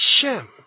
Shem